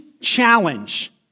challenge